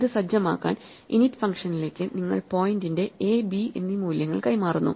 ഇത് സജ്ജമാക്കാൻ init ഫങ്ഷനിലേക്ക് നിങ്ങൾ പോയിന്റിന്റെ എ ബി എന്നീ മൂല്യങ്ങൾ കൈമാറുന്നു